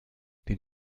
den